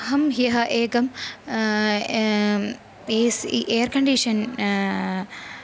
अहं ह्यः एकम् ए सि एर् कण्डीषन्